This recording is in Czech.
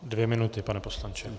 Dvě minuty, pane poslanče.